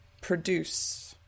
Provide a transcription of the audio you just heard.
produce